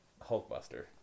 Hulkbuster